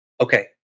okay